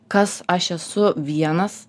kas aš esu vienas